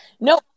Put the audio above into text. no